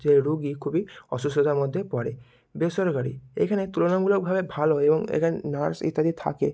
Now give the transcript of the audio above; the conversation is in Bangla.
যে রোগী খুবই অসুস্থতার মধ্যেই পড়ে বেসরকারি এখানে তুলনামূলকভাবে ভালো এবং এখানে নার্স ইত্যাদি থাকে